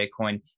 Bitcoin